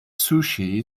sushi